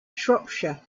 shropshire